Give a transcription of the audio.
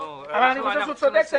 אני חושב שהוא צודק.